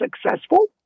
successful